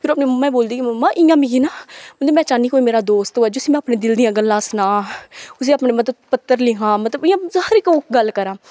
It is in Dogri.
फिर ओह् अपनी मम्मा गी बलोदी कि मम्मा इ'यां मिगी ना में हून चाह्न्नी मेरा कोई दोस्त होऐ जिसी में अपनी दिल दी गल्ला सनां उसी अपने मतलब पत्तर लिखां मतलब हर इक गल्ल करां